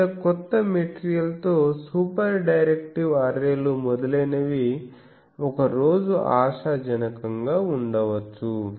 వివిధ కొత్త మెటీరియల్ తో సూపర్ డైరెక్టివ్ అర్రే లు మొదలైనవి ఒక రోజు ఆశాజనకంగా ఉండవచ్చు